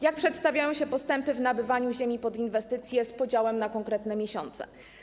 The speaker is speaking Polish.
Jak przedstawiają się postępy w nabywaniu ziemi pod inwestycję z podziałem na konkretne miesiące?